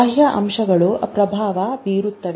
ಬಾಹ್ಯ ಅಂಶಗಳು ಪ್ರಭಾವ ಬೀರುತ್ತವೆ